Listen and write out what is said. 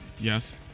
Yes